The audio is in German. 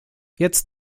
jetzt